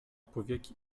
powieki